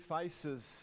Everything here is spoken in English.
Faces